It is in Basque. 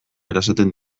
erasaten